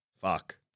Fuck